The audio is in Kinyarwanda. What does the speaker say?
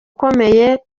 ukomeye